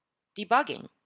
debugging,